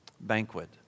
Banquet